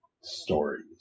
stories